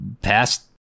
past